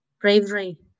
bravery